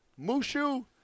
Mushu